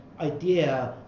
idea